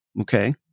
Okay